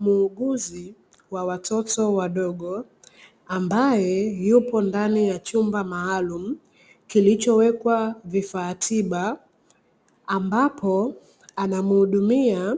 Muuguzi wa watoto wadogo ambaye yupo ndani ya chumba maalumu kilichowekwa vifaa tiba, ambapo anamuhudumia